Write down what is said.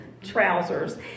Trousers